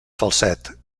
falset